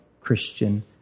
Christian